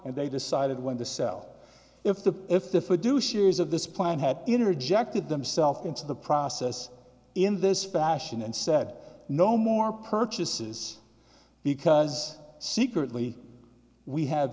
and they decided when the sell if the if the fiduciary is of this plan had interjected themselves into the process in this fashion and said no more purchases because secretly we have